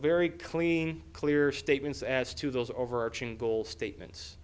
very clean clear statements as to those overarching goal statements